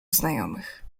znajomych